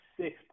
six